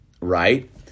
right